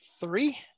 three